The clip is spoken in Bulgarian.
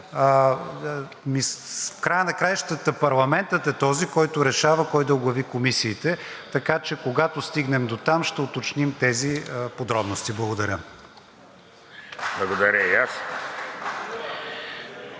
края на краищата парламентът е този, който решава кой да оглави комисиите. Така че, когато стигнем дотам, ще уточним тези подробности. Благодаря.